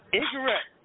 Incorrect